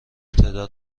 تعداد